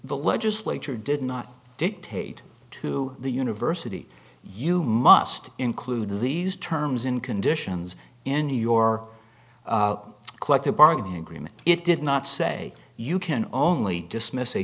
the legislature did not dictate to the university you must include these terms in conditions in your collective bargaining agreement it did not say you can only dismiss a